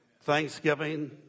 Thanksgiving